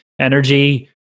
energy